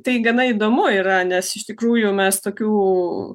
tai gana įdomu yra nes iš tikrųjų mes tokių